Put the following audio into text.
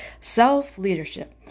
Self-Leadership